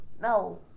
No